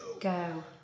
Go